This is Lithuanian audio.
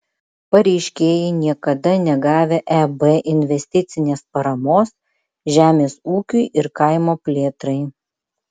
pareiškėjai niekada negavę eb investicinės paramos žemės ūkiui ir kaimo plėtrai